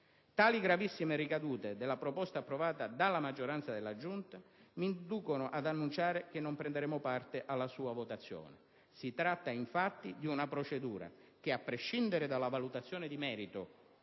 Tali gravissime ricadute della proposta approvata dalla maggioranza della Giunta mi inducono ad annunciare che non prenderemo parte alla sua votazione. Si tratta, infatti, di una procedura che, a prescindere dalla valutazione di merito